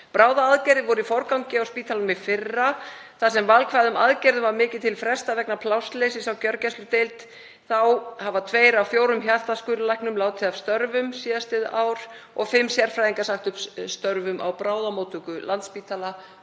Bráðaaðgerðir voru í forgangi á spítalanum í fyrra þar sem valkvæðum aðgerðum var mikið til frestað vegna plássleysis á gjörgæsludeild. Þá hafa tveir af fjórum hjartaskurðlæknum látið af störfum síðastliðið ár og fimm sérfræðingar sagt upp störfum á bráðamóttöku Landspítala